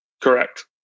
Correct